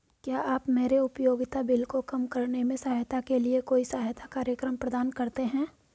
क्या आप मेरे उपयोगिता बिल को कम करने में सहायता के लिए कोई सहायता कार्यक्रम प्रदान करते हैं?